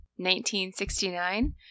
1969